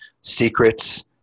secrets